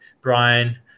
Brian